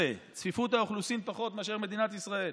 צפיפות האוכלוסין היא פי 16 פחות מאשר מדינת ישראל,